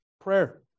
prayer